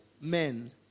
men